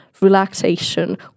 relaxation